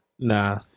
nah